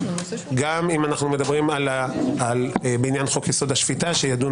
גם אם אנחנו מדברים בעניין חוק-יסוד: השפיטה שיידון